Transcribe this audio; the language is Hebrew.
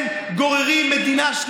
אם הייתם נמנעים מזה,